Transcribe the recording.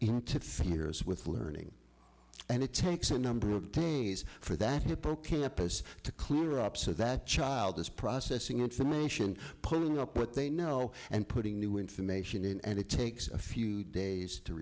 figures with learning and it takes a number of detainees for that hippocampus to clear up so that child is processing information pulling up what they know and putting new information in and it takes a few days to